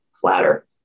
flatter